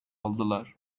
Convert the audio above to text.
aldılar